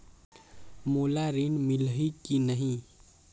मोला ऋण मिलही की नहीं?